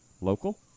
local